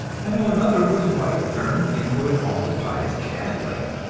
i know another whose wife turned into an ultra-pious catholic,